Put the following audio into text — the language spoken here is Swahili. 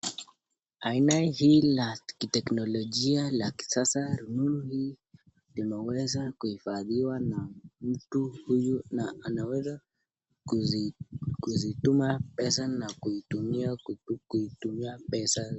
Aina hii la kiteknolojia la kisasa, rununu hii, imeweza kuhifadhiwa na mtu huyu, na anaweza, kuzi, kuzituma pesa na kuitumia kutu, kuitumia pesa.